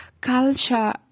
culture